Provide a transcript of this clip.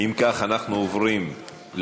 אם כך, אנחנו עוברים להצבעה.